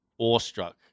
awestruck